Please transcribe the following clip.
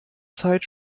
zeit